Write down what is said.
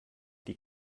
die